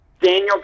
Daniel